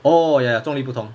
orh ya ya zhong li 不同